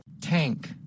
Tank